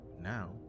Now